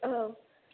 औ